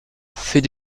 fait